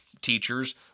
teachers